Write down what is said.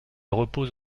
repose